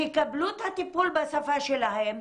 שיקבלו את הטיפול בשפה שלהם,